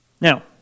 Now